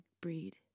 breed